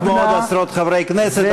כמו עוד עשרות חברי כנסת,